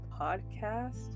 Podcast